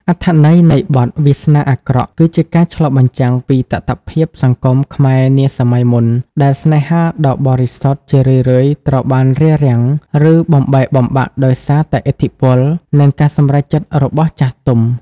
អត្ថន័យនៃបទ "វាសនាអាក្រក់" គឺជាការឆ្លុះបញ្ចាំងពីតថភាពសង្គមខ្មែរនាសម័យមុន ដែលស្នេហាដ៏បរិសុទ្ធជារឿយៗត្រូវបានរារាំង ឬបំបែកបំបាក់ដោយសារតែឥទ្ធិពល និងការសម្រេចចិត្តរបស់ចាស់ទុំ។